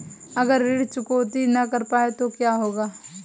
अगर ऋण चुकौती न कर पाए तो क्या होगा?